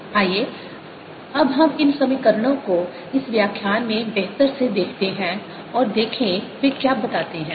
आइए अब हम इन समीकरणों को इस व्याख्यान में बेहतर से देखते हैं और देखें वे क्या बताते हैं